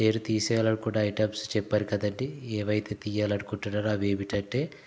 నేను తీసేయాలనుకున్న ఐటమ్స్ చెప్పాను కదండి ఏవైతే తీయాలనుకుంటున్నానో అవి ఏమిటంటే